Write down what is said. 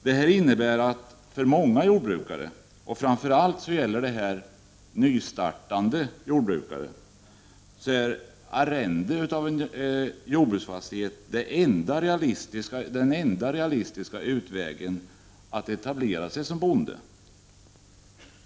Detta innebär att för många jordbrukare — framför allt gäller det nystartande jordbrukare — är arrende av en jordbruksfastighet den enda realistiska utvägen att etablera sig som bonde.